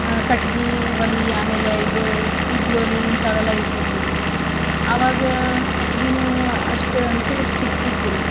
ಕಟ್ಗೆ ಒಲೆ ಆಮೇಲೆ ಇದು ಇದ್ಲು ಒಲೆ ಇಂಥವೆಲ್ಲ ಇರ್ತಿದ್ದವು ರೀ ಅವಾಗ ಕಟ್ಟಿಗೆನೂ ಅಷ್ಟು ಅನ್ಕೂಲಕ್ಕೆ ಸಿಗ್ತಿತ್ತು ರೀ